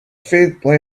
faintly